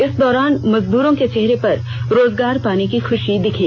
इस दौरान मजदूरों के चेहरे पर रोजगार पाने की खुषी दिखी